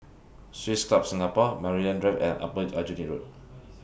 Swiss Club Singapore Maryland Drive and Upper Aljunied Road